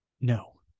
No